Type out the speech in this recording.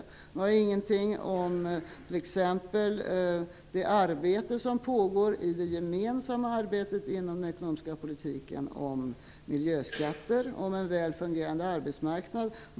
Han sade t.ex. ingenting om det gemensamma arbete som pågår inom ramen för den ekonomiska politiken vad gäller miljöskatter och en väl fungerande arbetsmarknad.